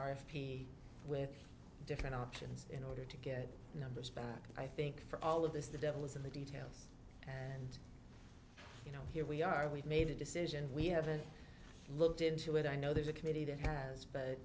p with different options in order to get numbers back i think for all of this the devil is in the details and you know here we are we've made a decision we haven't looked into it i know there's a committee that has but